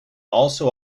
also